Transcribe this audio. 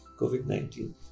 COVID-19